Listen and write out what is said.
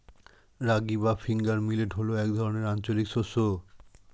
রাগী বা finger millet হল এক ধরনের আঞ্চলিক শস্য